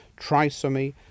trisomy